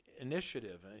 initiative